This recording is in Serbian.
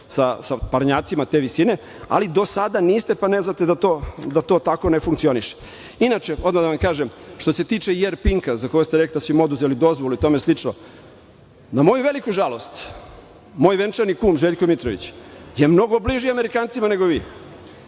sa parnjacima te visine, ali do sada niste, pa ne znate da to tako ne funkcioniše. Inače, što se tiče i „Er pinka“ za koji ste rekli da su im oduzeli dozvolu i tome slično, na moju veliku žalost, moj venčani kum Željko Mitrović je mnogo bliže Amerikancima nego vi